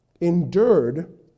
endured